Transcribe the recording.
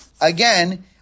Again